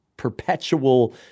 perpetual